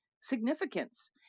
significance